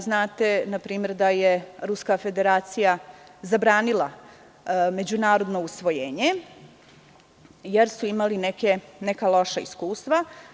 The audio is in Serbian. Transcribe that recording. Znate, na primer, da je Ruska Federacija zabranila međunarodno usvojenje, jer su imali neka loša iskustva.